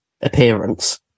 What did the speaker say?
appearance